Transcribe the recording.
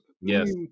Yes